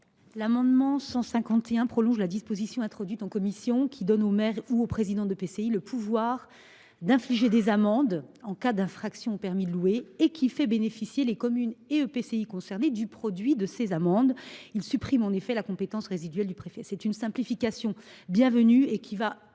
pour objet de prolonger la disposition introduite en commission, qui donne au maire ou au président de l’EPCI le pouvoir d’infliger des amendes en cas d’infraction au permis de louer et qui fait bénéficier les communes et EPCI concernés du produit de ces amendes. Il tend ainsi à supprimer la compétence résiduelle du préfet. Il s’agit d’une simplification bienvenue, qui va